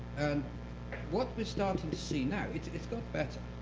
and what we're starting to see now it's it's gotten better,